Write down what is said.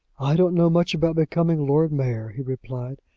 i don't know much about becoming lord mayor, he replied.